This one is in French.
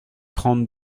trente